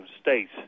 states